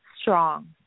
strong